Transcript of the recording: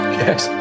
yes